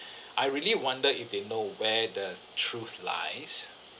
I really wonder if they know where the truth lies